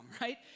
right